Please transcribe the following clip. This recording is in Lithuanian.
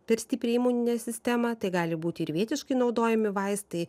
per stiprią imuninę sistemą tai gali būti ir vietiškai naudojami vaistai